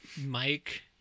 Mike